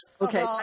Okay